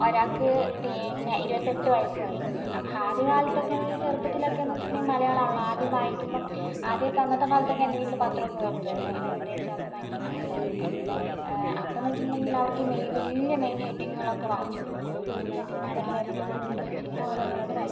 ഒരാൾക്ക് പിന്നെ ഇരുപത്തെട്ട് വയസുമായി അപ്പം ആദ്യകാലത്തൊക്കെ എന്നുവെച്ചാൽ ചെറുപ്പത്തിലൊക്കെ എന്നു വെച്ചിട്ടുണ്ടെങ്കിൽ മലയാളം ആണല്ലോ ആദ്യം വായിക്കുമ്പം ആദ്യമൊക്കെ അന്നത്തെക്കാലത്തൊക്കെ എൻ്റെ വീട്ടിൽ പത്രം ഒക്കെ വരുത്തുവായിരുന്നു അതായത് ദേശാഭിമാനി അങ്ങനെയുള്ളതൊക്കെ അപ്പോഴെന്ന് വെച്ചിട്ടുണ്ടെങ്കിൽ അവർക്ക് മെയ് വലിയ മെയിൻ ഹെഡിങ്ങുകളൊക്കെ വായിച്ച് കൊടുക്കും അതായത് ഇങ്ങനെ അവരുടെ വിരൽ തൊട്ട് വെച്ച് ഇങ്ങനെ ഓരോന്ന് ഓരോന്ന് വായിക്കും